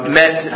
met